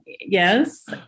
Yes